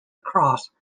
across